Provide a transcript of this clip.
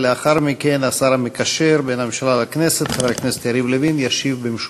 ולאחר מכן השר המקשר בין הממשלה לכנסת חבר הכנסת יריב לוין ישיב במשולב.